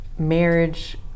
marriage